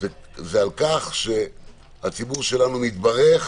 על כך שהציבור שלנו התברך